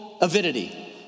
avidity